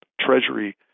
Treasury